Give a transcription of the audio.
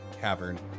cavern